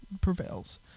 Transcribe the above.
prevails